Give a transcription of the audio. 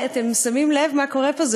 אתם שמים לב מה קורה פה?